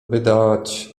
wydać